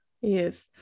Yes